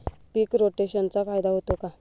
पीक रोटेशनचा फायदा होतो का?